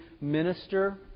minister